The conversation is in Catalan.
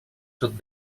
sud